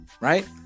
right